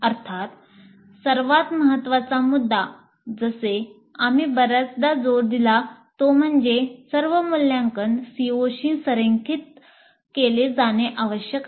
अर्थात सर्वात महत्त्वाचा मुद्दा जसे आम्ही बर्याचदा जोर दिला तो म्हणजे सर्व मूल्यांकन सीओशी संरेखित केले जाणे आवश्यक आहे